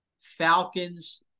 Falcons